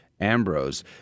Ambrose